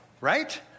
right